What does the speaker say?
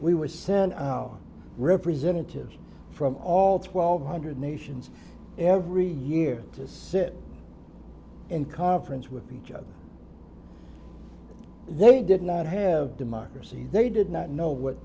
we were sent our representatives from all twelve hundred nations every year to sit in conference with each other they did not have democracy they did not know what